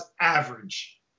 average